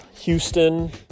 Houston